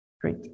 Great